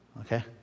Okay